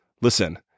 Listen